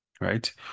right